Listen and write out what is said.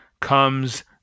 comes